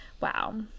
wow